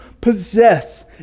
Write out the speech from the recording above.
possess